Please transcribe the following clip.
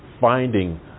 finding